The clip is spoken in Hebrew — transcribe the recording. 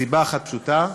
מסיבה אחת פשוטה,